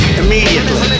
immediately